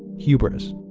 hubris.